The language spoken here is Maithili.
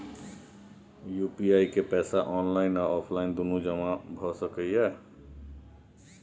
यु.पी.आई के पैसा ऑनलाइन आ ऑफलाइन दुनू जमा भ सकै इ?